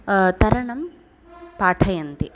तरणं पाठयन्ति